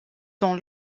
dans